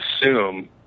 assume